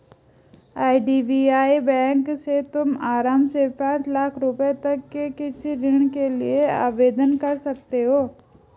IDBI bank से तुम आराम से पाँच लाख रुपयों तक के कृषि ऋण के लिए आवेदन कर सकती हो